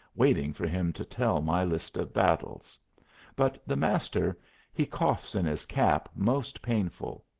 waiting for him to tell my list of battles but the master he coughs in his cap most painful.